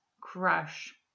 crush